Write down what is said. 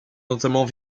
notamment